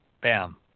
Bam